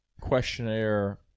questionnaire